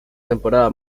temporada